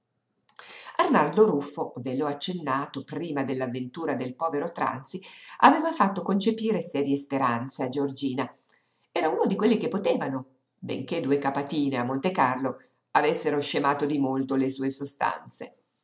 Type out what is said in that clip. arnaldo ruffo ve l'ho accennato prima dell'avventura del povero tranzi aveva fatto concepire serie speranze a giorgina era uno di quelli che potevano benché due capatine a monte carlo avessero scemato di molto le sue sostanze